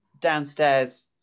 downstairs